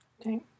Okay